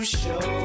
show